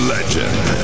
Legend